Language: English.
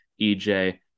EJ